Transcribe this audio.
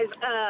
guys